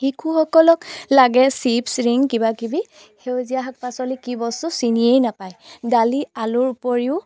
শিশুসকলক লাগে chips ring কিবাকিবি সেউজীয়া শাক পাচলি কি বস্তু চিনিয়েই নাপায় দালি আলুৰ উপৰিও